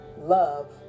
love